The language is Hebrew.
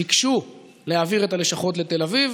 ביקשו להעביר את הלשכות לתל אביב,